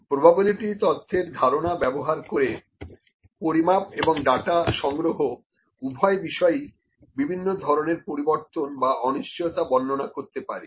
probability তত্বর ধারণা ব্যবহার করে পরিমাপ এবং ডাটা সংগ্রহ উভয় বিষয়েই বিভিন্ন ধরনের পরিবর্তন বা অনিশ্চয়তা বর্ণনা করতে পারি